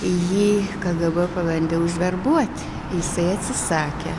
jį kgb pabandė užverbuot jisai atsisakė